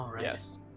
Yes